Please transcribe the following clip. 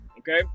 Okay